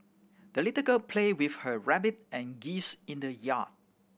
the little girl played with her rabbit and geese in the yard